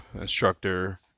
instructor